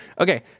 okay